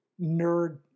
nerd